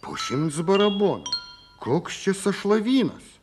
po šimts barabonų koks čia sąšlavynas